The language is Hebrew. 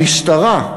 למשטרה,